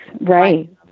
Right